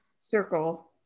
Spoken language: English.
circle